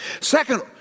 Second